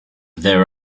there